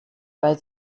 weil